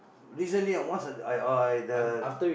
recently once I I the